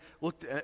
looked